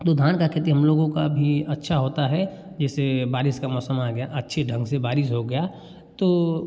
तो धान का खेती हम लोगों का भी अच्छा होता है जैसे बारिश का मौसम आ गया अच्छे ढंग से बारिश हो गया तो